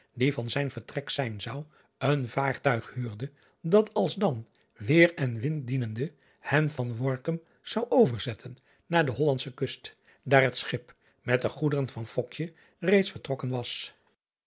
die van zijn vertrek zijn zou een vaartuig huurde dat alsdan weêr en wind dienende hen van orkum zou over zetten naar de ollandsche kust daar t schip met de goederen van reeds vertrokken was